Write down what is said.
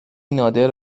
نادر